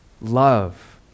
Love